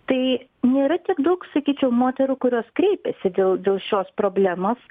tai nėra tiek daug sakyčiau moterų kurios kreipiasi dėl dėl šios problemos